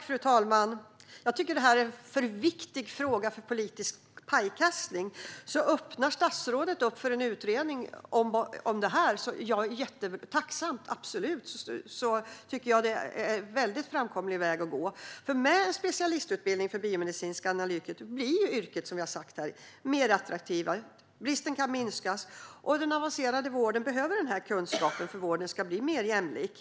Fru talman! Jag tycker att detta är en för viktig fråga för politisk pajkastning, så om statsrådet öppnar för en utredning av detta är jag väldigt tacksam. Det är en framkomlig väg. Med en specialistutbildning för biomedicinska analytiker blir yrket mer attraktivt, som vi har sagt här, och bristen kan minskas. Den avancerade vården behöver denna kunskap för att den ska bli mer jämlik.